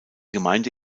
gemeinde